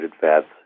fats